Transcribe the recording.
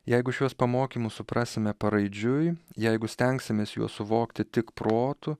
jeigu šiuos pamokymus suprasime paraidžiui jeigu stengsimės juos suvokti tik protu